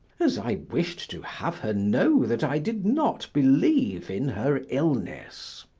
as i wished to have her know that i did not believe in her illness.